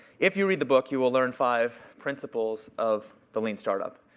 if you read the book, you will learn five principles of the lean startup.